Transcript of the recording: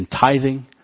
tithing